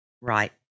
Right